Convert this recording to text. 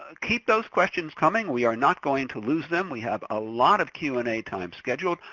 ah keep those questions coming, we are not going to lose them. we have a lot of q and a time scheduled.